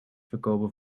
verkopen